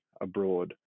abroad